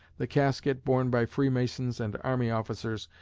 the casket, borne by free masons and army officers,